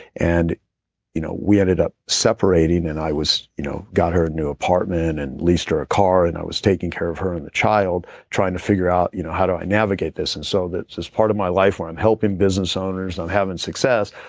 and you know we ended up separating and i you know got her a new apartment and leased her a car and i was taking care of her, and the child trying to figure out you know how do i navigate this and so, that's just part of my life where i'm helping business owners, i'm having success,